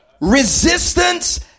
Resistance